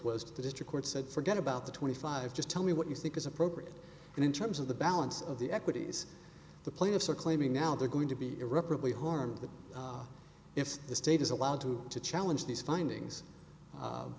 to the district court said forget about the twenty five just tell me what you think is appropriate and in terms of the balance of the equities the plaintiffs are claiming now they're going to be irreparably harmed if the state is allowed to to challenge these findings